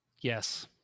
Yes